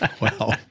Wow